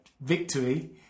victory